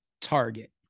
target